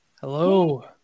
Hello